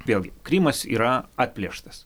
vėlgi krymas yra atplėštas